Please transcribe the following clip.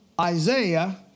Isaiah